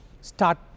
start